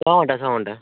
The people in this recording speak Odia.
ଛଅ ଘଣ୍ଟା ଛଅ ଘଣ୍ଟା